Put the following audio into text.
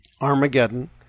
Armageddon